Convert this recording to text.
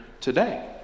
today